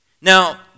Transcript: Now